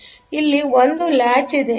ಆದ್ದರಿಂದ ಇಲ್ಲಿ ಒಂದು ಲ್ಯಾಚ್ಇದೆ